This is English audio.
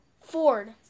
Ford